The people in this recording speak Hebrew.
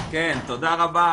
כן, תודה רבה.